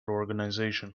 organization